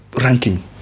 ranking